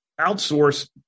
outsource